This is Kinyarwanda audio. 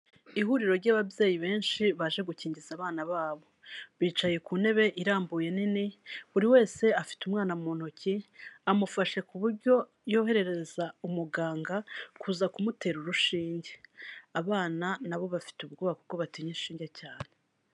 Ihuriro ry'ababyeyi benshi baje gukingiza abana babo, bicaye ku ntebe irambuye nini, buri wese afite umwana mu ntoki amufashe ku buryo yoherereza umuganga kuza kumutera urushinge, abana nabo bafite ubwoba kuko batinya inshige cyane.